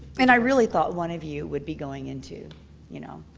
and i really thought one of you would be going into you know,